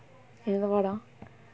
எந்த படம்:entha padam